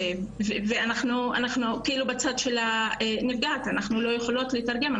אנחנו בצד של הנפגעת אז אנחנו לא יכולות לתרגם,